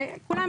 וכולם,